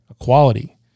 equality